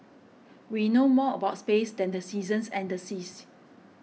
we know more about space than the seasons and the seas